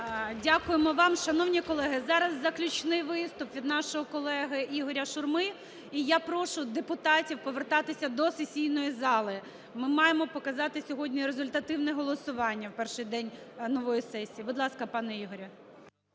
Дякуємо вам. Шановні колеги, зараз заключний виступ від нашого колеги ІгоряШурми. І я прошу депутатів повертатися до сесійної зали, ми маємо показати сьогодні результативне голосування, в перший день нової сесії. Будь ласка, пане Ігорю.